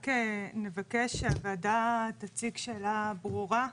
בפתח הדברים נשמע את נציגי רשות האוכלוסין.